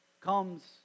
comes